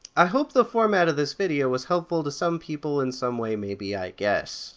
i hope the format of this video was helpful to some people in some way maybe i guess.